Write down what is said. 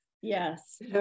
Yes